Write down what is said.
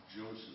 Joseph